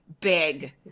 big